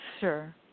Sure